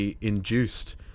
induced